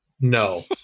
No